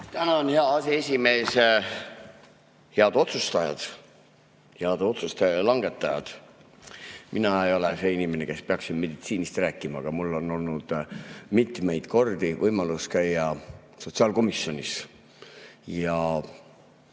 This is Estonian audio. Tänan, hea aseesimees! Head otsustajad, head otsuste langetajad! Mina ei ole see inimene, kes peaks siin meditsiinist rääkima, aga mul on olnud mitmeid kordi võimalus käia sotsiaalkomisjonis ja